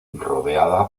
rodeada